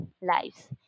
lives